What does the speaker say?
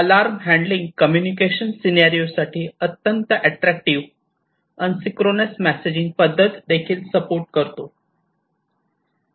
alarm handling communication scenario साठी अत्यंत attractive asynchronous messaging पद्धत देखील सपोर्ट करतो